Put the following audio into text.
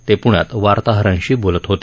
ते प्ण्यात वार्ताहरांशी बोलत होते